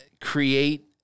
create